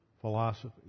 philosophy